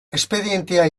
espedientea